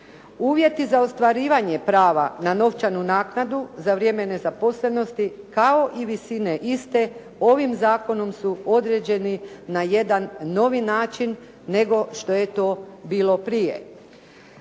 Uvjeti za ostvarivanje prava na novčanu naknadu za vrijeme nezaposlenosti kao i visine iste ovim zakonom su određeni na jedan novi način nego što je to bilo prije.